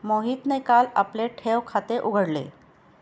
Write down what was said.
मोहितने काल आपले ठेव खाते उघडले